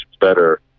better